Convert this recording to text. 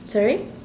sorry